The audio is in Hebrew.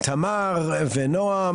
תמר ונועם